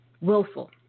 willful